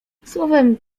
słowem